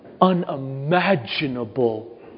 unimaginable